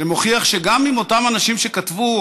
זה מוכיח שגם אם אותם אנשים שכתבו,